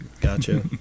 gotcha